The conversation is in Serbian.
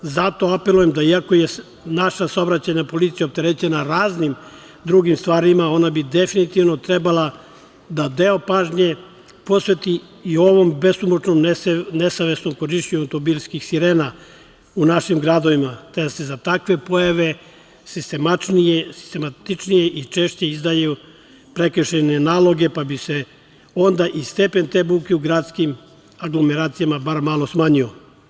Zato apelujem, iako je naša saobraćajna policija opterećena raznim drugim stvarima, ona bi definitivno trebala da deo pažnje posveti i ovom besomučnom nesavesnom korišćenju automobilskih sirena u našim gradovima, te da se za takve pojave sistematičnije i češće izdaju prekršajni nalozi, pa bi se onda i stepen te buke u gradskim aglomeracijama bar malo smanjio.